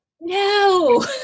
no